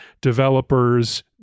developers-